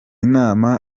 nama